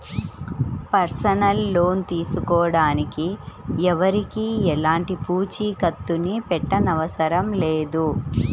personal loan తీసుకోడానికి ఎవరికీ ఎలాంటి పూచీకత్తుని పెట్టనవసరం లేదు